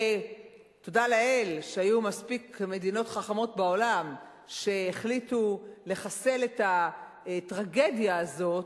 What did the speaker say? ותודה לאל שהיו מספיק מדינות חכמות בעולם שהחליטו לחסל את הטרגדיה הזאת,